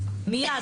מיד,